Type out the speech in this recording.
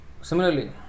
similarly